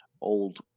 old